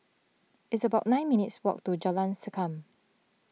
it's about nine minutes' walk to Jalan Sankam